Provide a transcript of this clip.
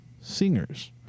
singers